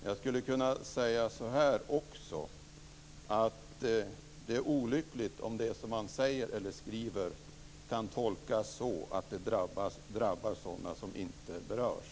Jag skulle också kunna säga att det är olyckligt om det som man säger eller skriver kan tolkas så att det drabbar sådana som inte berörs.